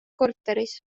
korteris